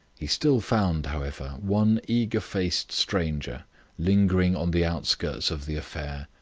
he still found, however, one eager-faced stranger lingering on the outskirts of the affair.